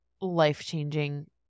life-changing